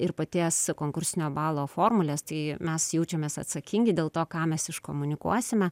ir paties konkursinio balo formulės tai mes jaučiamės atsakingi dėl to ką mes iškomunikuosime